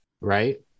Right